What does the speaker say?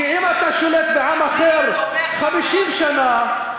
כי אם אתה שולט בעם אחר 50 שנה,